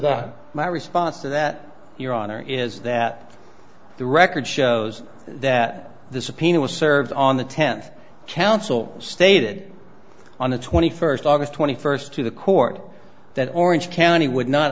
that my response to that your honor is that the record shows that the subpoena was served on the tenth counsel stated on the twenty first august twenty first to the court that orange county